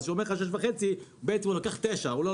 אז כשהוא אומר לך 6.5 ₪- הוא בעצם לוקח 9 ₪,